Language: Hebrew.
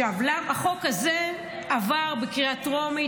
החוק הזה עבר בקריאה טרומית,